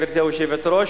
גברתי היושבת-ראש,